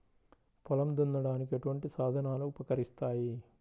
పొలం దున్నడానికి ఎటువంటి సాధనాలు ఉపకరిస్తాయి?